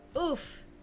Oof